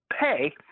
pay